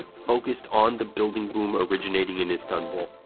focused on the building boom originating in istanbul.